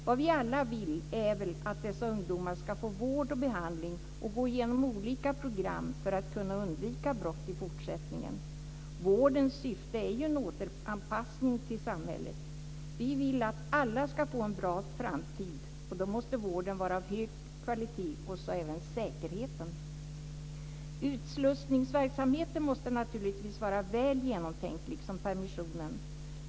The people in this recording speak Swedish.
Vad vi alla vill är väl att dessa ungdomar ska få vård och behandling och gå igenom olika program för att kunna undvika brott i fortsättningen. Vårdens syfte är ju en återanpassning till samhället. Vi vill att alla ska få en bra framtid, och då måste vården vara av hög kvalitet liksom även säkerheten. Utslussningsverksamheten måste naturligtvis vara väl genomtänkt liksom permissionerna.